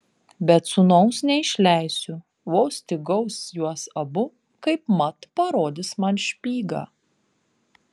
bet sūnaus neišleisiu vos tik gaus juos abu kaipmat parodys man špygą